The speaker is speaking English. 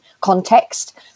context